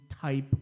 type